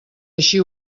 així